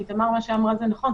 כי מה שהיא אמרה זה נכון,